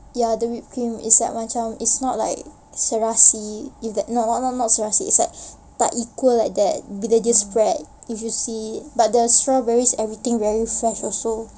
ya the whipped cream it's like macam it's not like serasi in that not not not serasi it's like tak equal like that bila dia spread if you see but the strawberries everything very fresh also